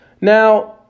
Now